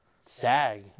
Sag